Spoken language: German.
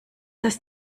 das